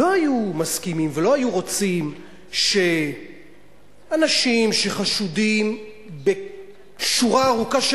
לא היו מסכימים ולא היו רוצים שאנשים שחשודים בשורה ארוכה של